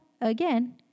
again